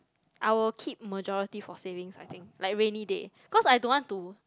I will keep majority for savings I think like rainy day cause I don't want to